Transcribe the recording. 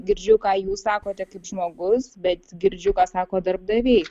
girdžiu ką jūs sakote kaip žmogus bet girdžiu ką sako darbdaviai